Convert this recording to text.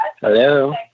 Hello